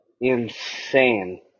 insane